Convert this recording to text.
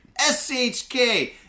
SHK